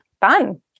fun